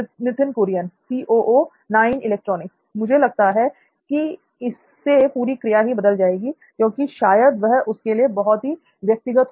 नित्थिन कुरियन मुझे लगता है कि इससे पूरी क्रिया ही बदल जाएगी क्योंकि शायद यह उसके लिए बहुत ही व्यक्तिगत होगा